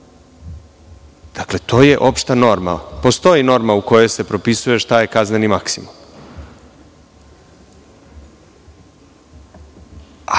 godina. To je opšta norma. Postoji norma u kojoj se propisuje šta je kazneni maksimum. Voleo